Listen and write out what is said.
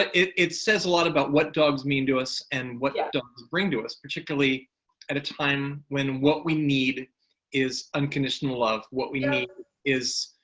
it it says a lot about what dogs mean to us and what yeah dogs bring to us, particularly at a time when what we need is unconditional love. what we need is